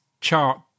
chart